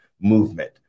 movement